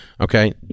Okay